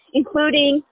including